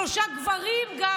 שלושה גברים גם,